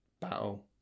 battle